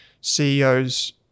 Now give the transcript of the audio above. CEOs